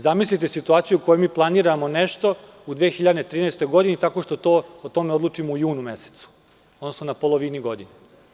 Zamislite situaciju u kojoj mi planiramo nešto u 2013. godini tako što o tome odlučimo u junu mesecu, odnosno na polovini godine.